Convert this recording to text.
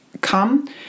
come